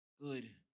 good